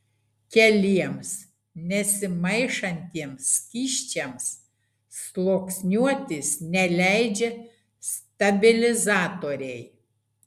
keliems nesimaišantiems skysčiams sluoksniuotis neleidžia stabilizatoriai